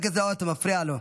אתה מפריע לו.